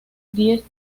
diez